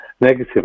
negative